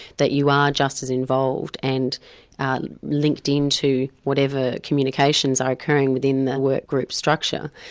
that you are just as involved and linked into whatever communications are occurring within their work group structure.